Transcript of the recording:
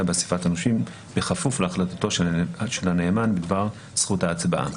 באסיפת הנושים בכפוף להחלטתו של הנאמן בדבר זכות ההצבעה.